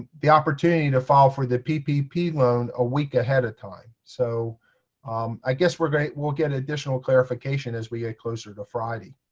the opportunity to file for the ppp loan a week ahead of time. so i guess we'll we'll get additional clarification as we get closer to friday.